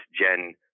gen